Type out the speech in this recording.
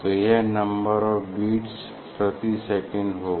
तो यह number of bits प्रति सेकंड होगा